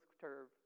curve